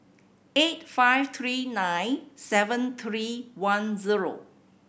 eight five three nine seven three one zero